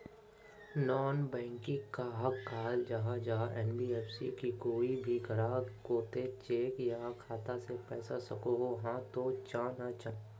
Non banking कहाक कहाल जाहा जाहा एन.बी.एफ.सी की कोई भी ग्राहक कोत चेक या खाता से पैसा सकोहो, हाँ तो चाँ ना चाँ?